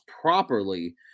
properly